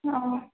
ओ